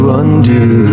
undo